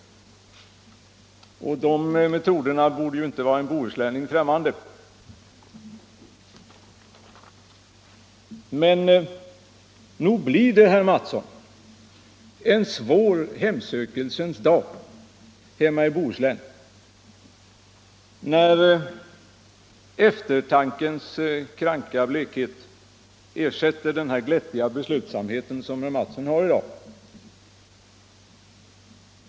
De metoderna borde inte vara en bohuslänning främmande. Nog blir det, herr Mattsson, en svår hemsökelsens dag hemma i Bohuslän, när eftertankens kranka blekhet ersätter den glättiga beslutsamhet som i dag präglar herr Mattsson.